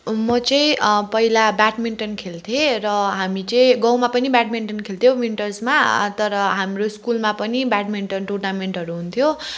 म चाहिँ पहिला ब्याडमिन्टन खेल्थेँ र हामी चाहिँ गाउँमा पनि ब्याडमिन्टन खेल्थ्यौँ विन्टर्समा तर हाम्रो स्कुलमा पनि ब्याडमिन्टन टुर्नामेन्टहरू हुन्थ्यो